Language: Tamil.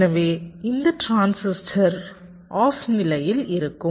எனவே இந்த டிரான்சிஸ்டர் ஆஃப் நிலையில் இருக்கும்